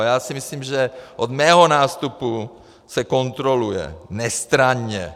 Já si myslím, že od mého nástupu se kontroluje nestranně.